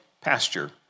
pasture